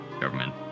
government